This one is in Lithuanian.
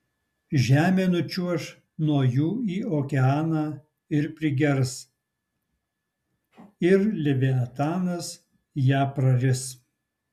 žemė nučiuoš nuo jų į okeaną ir prigers ir leviatanas ją praris